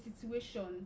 situation